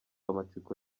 amatsiko